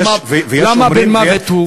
למה בן-מוות הוא?